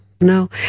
no